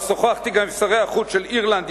אבל שוחחתי גם עם שרי החוץ של אירלנד,